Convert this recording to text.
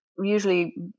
usually